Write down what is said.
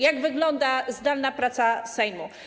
Jak wygląda zdalna praca Sejmu?